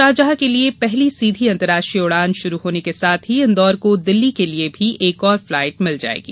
Sharjah के लिए पहली सीधी अंतरराष्ट्रीय उड़ान शुरू होने के साथ ही इंदौर को दिल्ली के लिए भी एक और फ्लाइट मिल जाएगी